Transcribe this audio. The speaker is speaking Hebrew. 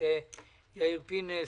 יאיר פינס,